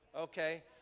okay